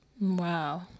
Wow